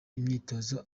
imyitozo